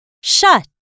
shut